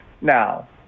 now